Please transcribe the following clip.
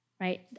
right